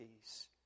peace